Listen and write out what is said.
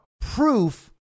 proof